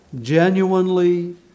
genuinely